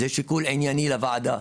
הוא שיקול ענייני לוועדה,